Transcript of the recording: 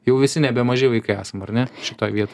jau visi nebemaži vaikai esam ar ne šitoj vietoj